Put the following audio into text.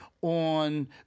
on